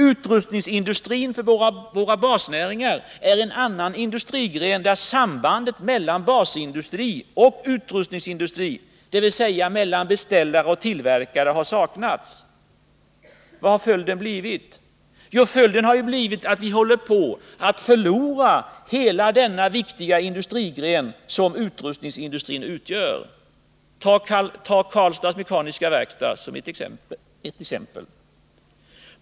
Utrustningsindustrin för våra basnäringar är en annan industrigren där sambandet mellan basindustri och utrustningsindustri, dvs. mellan beställare och tillverkare, har saknats. Vad har följden blivit? Jo, följden har blivit att vi håller på att förlora hela den viktiga industrigren som utrustningsindustrin utgör. Ta AB Karlstads Mekaniska Werkstad som ett exempel!